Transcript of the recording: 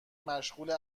مشغول